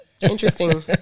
interesting